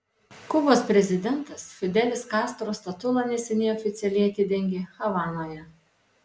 kubos prezidentas fidelis kastro statulą neseniai oficialiai atidengė havanoje